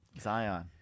zion